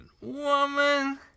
Woman